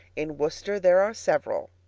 in worcester there are several.